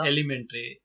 Elementary